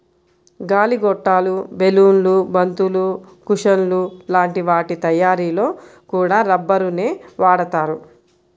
గాలి గొట్టాలు, బెలూన్లు, బంతులు, కుషన్ల లాంటి వాటి తయ్యారీలో కూడా రబ్బరునే వాడతారు